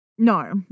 No